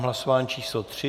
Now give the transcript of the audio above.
Hlasování číslo 3.